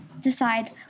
decide